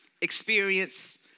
experience